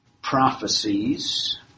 Prophecies